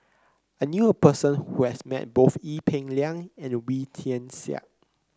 I knew a person who has met both Ee Peng Liang and Wee Tian Siak